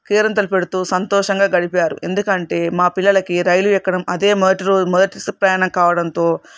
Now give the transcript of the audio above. కేరింతలు పెడుతూ సంతోషంగా గడిపారు ఎందుకంటే మా పిల్లలకి రైలు ఎక్కడం అదే మొదటి రో మొదటిసా ప్రయాణం కావడంతో